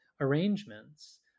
arrangements